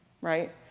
right